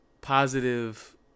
Positive